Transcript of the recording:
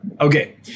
Okay